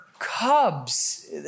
cubs